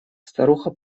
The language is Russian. старуха